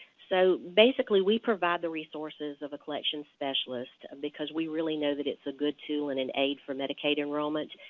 so basically, we provide the resources of a collection specialist because we really know that it's a good tool and an aid for medicaid enrollment.